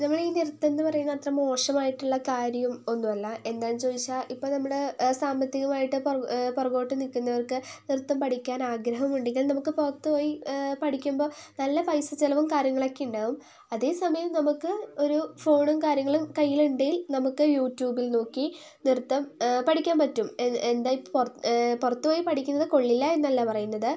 നമ്മൾ ഈ നൃത്തം എന്നു പറയുന്ന അത്ര മോശമായിട്ടുള്ള കാര്യം ഒന്നും അല്ല എന്താണെന്ന് ചോദിച്ചാൽ ഇപ്പോൾ നമ്മൾ സാമ്പത്തികമായിട്ട് പുറകോട്ട് നിൽക്കുന്നവർക്ക് നൃത്തം പഠിക്കാൻ ആഗ്രഹമുണ്ടെങ്കിൽ നമുക്ക് പുറത്തുപോയി പഠിക്കുമ്പോൾ നല്ല പൈസച്ചിലവും കാര്യങ്ങളൊക്കെ ഉണ്ടാവും അതേസമയം നമുക്ക് ഒരു ഫോണും കാര്യങ്ങളും കയ്യിൽ ഉണ്ടെങ്കിൽ നമുക്ക് യൂട്യൂബിൽ നോക്കി നൃത്തം പഠിക്കാൻ പറ്റും എന്താ ഇപ്പോൾ പുറത്തുപോയി പഠിക്കുന്നത് കൊള്ളില്ല എന്നല്ല പറയുന്നത്